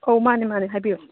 ꯑꯧ ꯃꯥꯟꯅꯦ ꯃꯥꯟꯅꯦ ꯍꯥꯏꯕꯤꯌꯣ